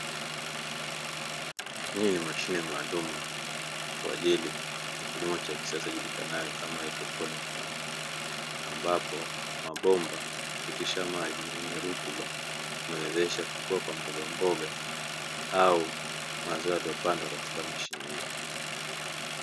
Hii ni mashine maalum kwa ajili ya kilimo cha kisasa kijulikanacho kama hydroponi farm ambapo mabomba hupisha maji yenye rutuba inayowezesha kukua kwa mboga mboga au mazao yaliyopandwa katika mashine hii.